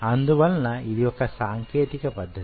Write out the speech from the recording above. అందువలన ఇది వొక సాంకేతిక పద్ధతి